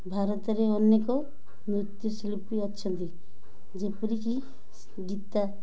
ଭାରତରେ ଅନେକ ନୃତ୍ୟଶିଳ୍ପୀ ଅଛନ୍ତି ଯେପରିକି ଗୀତା